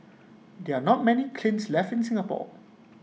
there are not many klins left in Singapore